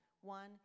one